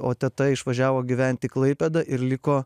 o teta išvažiavo gyvent į klaipėdą ir liko